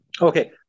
Okay